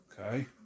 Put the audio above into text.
okay